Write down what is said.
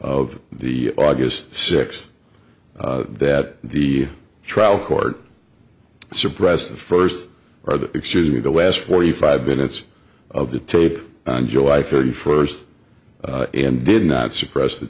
of the august sixth that the trial court suppress the first or the excuse me the last forty five minutes of the tape on july thirty first and did not suppress the